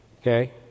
okay